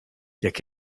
jak